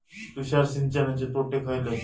तुषार सिंचनाचे तोटे खयले?